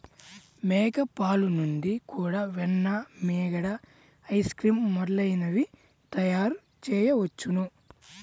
మేక పాలు నుండి కూడా వెన్న, మీగడ, ఐస్ క్రీమ్ మొదలైనవి తయారుచేయవచ్చును